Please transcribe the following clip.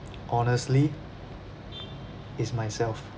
honestly is myself